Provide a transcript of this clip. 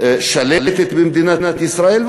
השלטת במדינת ישראל,